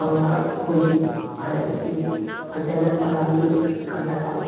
ꯊꯧꯅꯥ ꯑꯩꯈꯣꯏꯒꯤ ꯚꯥꯔꯠ ꯑꯁꯤ ꯐꯖꯅ ꯄꯥꯜꯂꯝꯃꯤ ꯑꯀꯜ ꯑꯊꯧ